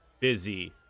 busy